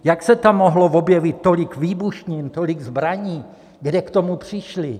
Jak se tam mohlo objevit tolik výbušnin, tolik zbraní, kde k tomu přišli?